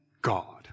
God